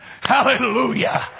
Hallelujah